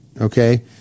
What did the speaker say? okay